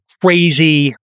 crazy